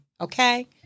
Okay